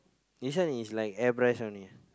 this one is like air brush only